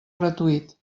gratuït